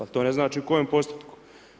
AL to ne znači u kojem postupku.